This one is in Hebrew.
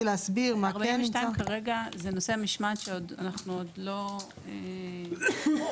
42 כרגע זה נושא המשמעת שעוד לא סיימנו.